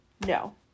No